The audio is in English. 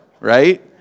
right